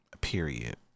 Period